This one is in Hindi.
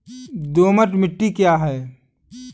दोमट मिट्टी क्या है?